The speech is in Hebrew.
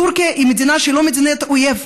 טורקיה היא מדינה שהיא לא מדינת אויב,